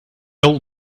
old